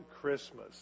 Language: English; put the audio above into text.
Christmas